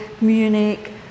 Munich